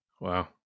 wow